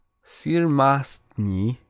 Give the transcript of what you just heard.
sir mastny